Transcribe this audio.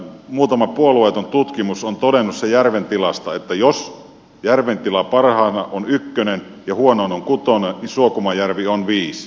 muutama puolueeton tutkimus on todennut sen järven tilasta että jos järven tila parhaana on ykkönen ja huonoimpana on kutonen niin suokumaanjärvi on viisi